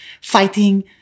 fighting